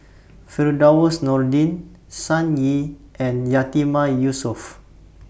Firdaus Nordin Sun Yee and Yatiman Yusof